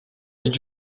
did